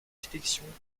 sélections